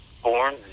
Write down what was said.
Born